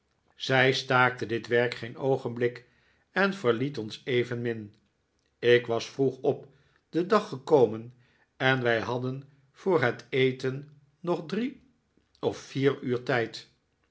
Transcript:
zij staakte dit werk geen oogenblik en verliet ons evenmin ik was vroeg op den dag gekomen en wij hadden voor het eten nog drie of vier uur tijd